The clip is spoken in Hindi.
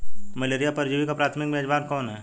मलेरिया परजीवी का प्राथमिक मेजबान कौन है?